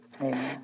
Amen